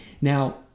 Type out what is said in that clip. Now